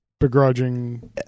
begrudging